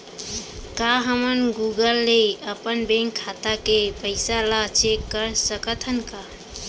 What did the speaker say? का हमन गूगल ले अपन बैंक खाता के पइसा ला चेक कर सकथन का?